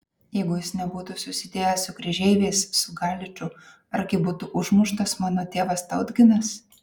jeigu jis nebūtų susidėjęs su kryžeiviais su galiču argi būtų užmuštas mano tėvas tautginas